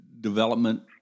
development